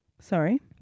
Sorry